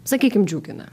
sakykim džiugina